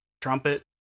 trumpet